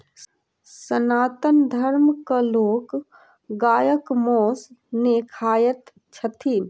सनातन धर्मक लोक गायक मौस नै खाइत छथि